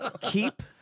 Keep